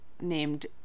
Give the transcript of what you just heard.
named